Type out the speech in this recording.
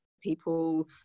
people